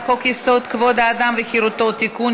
חוק-יסוד: כבוד האדם וחירותו (תיקון,